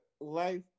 life